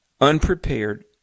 unprepared